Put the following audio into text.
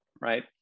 right